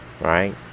Right